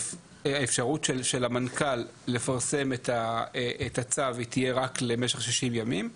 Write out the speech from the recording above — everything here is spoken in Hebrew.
אפשרות של המנכ"ל לפרסם את הצו היא תהיה רק למשך 60 ימים.